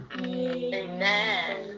Amen